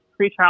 pretrial